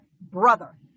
brother